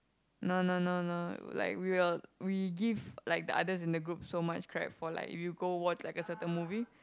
no no no no like we will we give like the others in the group so much crap for like if you go watch like a certain movie